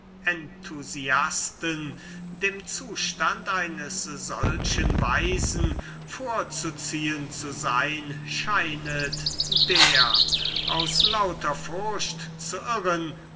enthusiasten dem zustand eines solchen weisen vorzuziehen ist der aus immerwährender furcht zu irren